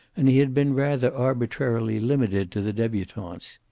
and he had been rather arbitrarily limited to the debutantes.